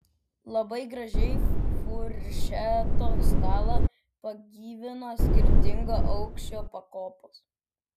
labai gražiai furšeto stalą pagyvina skirtingo aukščio pakopos